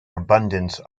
abundance